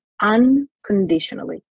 unconditionally